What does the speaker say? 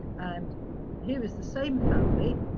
and here is the same family,